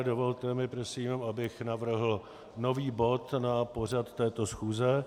Dovolte mi prosím, abych navrhl nový bod na pořad této schůze.